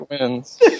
wins